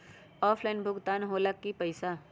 Offline भुगतान हो ला कि पईसा?